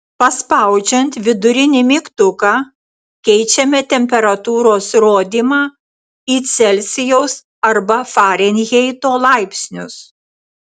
paspaudžiant vidurinį mygtuką keičiame temperatūros rodymą į celsijaus arba farenheito laipsnius